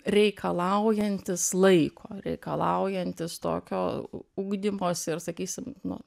reikalaujantis laiko reikalaujantis tokio ugdymosi ir sakysim nu